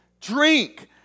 drink